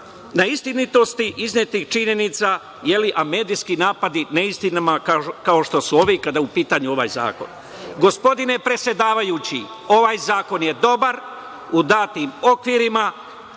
na istinitosti iznetih činjenica, a medijski napadi na neistinama kao što su ovi kada je u pitanju ovaj zakon. Gospodine predsedavajući, ovaj zakon je dobar, u datim okvirima